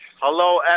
Hello